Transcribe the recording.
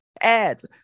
ads